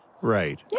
Right